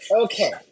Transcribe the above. Okay